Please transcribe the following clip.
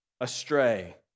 astray